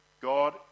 God